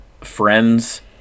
friends